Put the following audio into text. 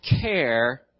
care